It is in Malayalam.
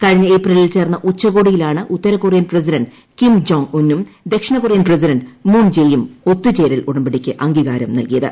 കഴിഞ്ഞ ഏപ്രിലിൽ ചേർന്ന ഉച്ചകോടിയിലാണ് ഉത്തരകൊറിയൻ പ്രസിഡന്റ് കിം ജോങ് ഉന്നും ദക്ഷിണ കൊറിയൻ പ്രസിഡന്റ് മൂൺ ജേയും ഒത്തുചേരൽ ഉടമ്പടിക്ക് അംഗീകാരം നൽകിയത്